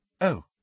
Oh